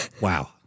wow